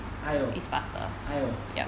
!aiyo! !aiyo!